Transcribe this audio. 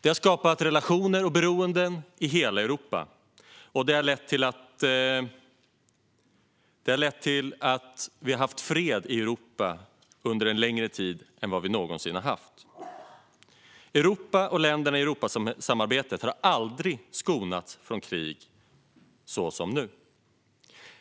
Det har skapat relationer och beroenden i hela Europa, och det har lett till att vi har haft fred i Europa under en längre tid än vi någonsin tidigare har haft. Europa och länderna i Europasamarbetet har aldrig skonats från krig så som nu.